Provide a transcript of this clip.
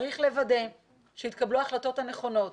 צריך לוודא שיתקבלו ההחלטות הנכונות